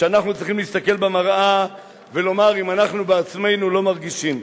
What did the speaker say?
ואנחנו צריכים להסתכל במראה ולומר אם אנחנו בעצמנו לא מרגישים.